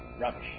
Rubbish